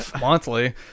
monthly